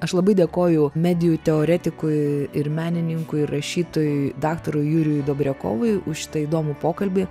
aš labai dėkoju medijų teoretikui ir menininkui rašytojui daktarui jurijui dobriakovui už šitą įdomų pokalbį